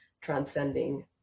transcending